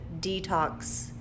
detox